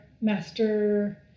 master